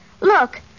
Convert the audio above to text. Look